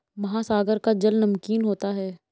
महासागर का जल नमकीन होता है